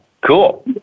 Cool